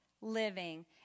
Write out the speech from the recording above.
living